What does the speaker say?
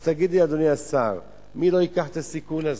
אז תגיד לי, אדוני השר, מי לא ייקח את הסיכון הזה?